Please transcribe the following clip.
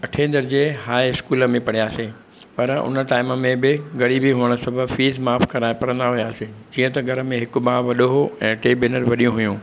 अठें दर्जे हाइस्कूल में पढ़ियासीं पर उन टाइम में बि ग़रीबी हुअणु सबबु फीस माफ़ु कराए पढ़ंदा हुयासीं जीअं त घर में हिकु भाउ वॾो हो ऐं टे भेनरु वॾी हुयूं